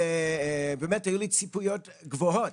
ובאמת היו לי ציפיות גבוהות.